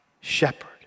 shepherd